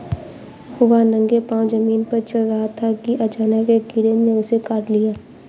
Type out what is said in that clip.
वह नंगे पांव जमीन पर चल रहा था कि अचानक एक कीड़े ने उसे काट लिया